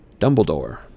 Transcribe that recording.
Dumbledore